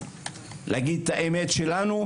להגיד את האמת שלנו,